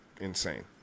insane